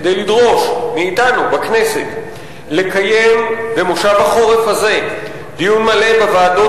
כדי לדרוש מאתנו בכנסת לקיים במושב החורף הזה דיון מלא בוועדות